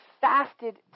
fasted